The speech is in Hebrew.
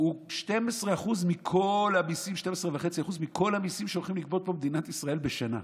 הוא 12.5% מכל המיסים שהולכים לגבות במדינת ישראל בשנה.